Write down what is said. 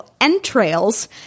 entrails